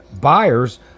buyers